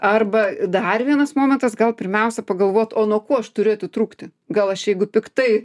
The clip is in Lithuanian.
arba dar vienas momentas gal pirmiausia pagalvot o nuo ko aš turiu atitrūkti gal aš jeigu piktai